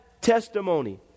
testimony